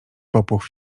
popłoch